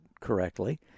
correctly